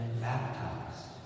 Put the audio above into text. baptized